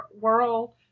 world